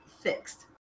fixed